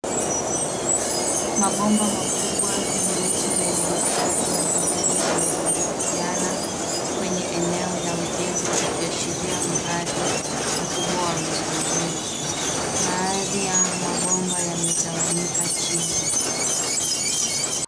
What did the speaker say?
Mabomba makubwa nyeusi zenye mistari ya bluu zimerundikiana kwenye eneo la ujenzi zikiashiria mradi mkubwa wa miundo mbinu. Baadhi ya mabomba yametawanyika chini.